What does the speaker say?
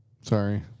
Sorry